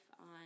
on